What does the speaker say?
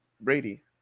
Brady